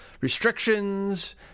restrictions